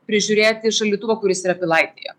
prižiūrėti šaldytuvo kuris yra pilaitėje